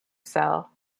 cell